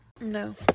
No